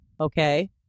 Okay